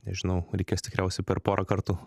nežinau reikės tikriausiai per porą kartų